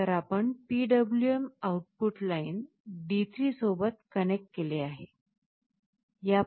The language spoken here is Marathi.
तर आपण PWM आउटपुट लाइन D3 सोबत कनेक्ट केले आहे